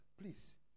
Please